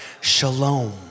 Shalom